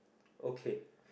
okay